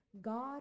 God